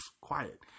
quiet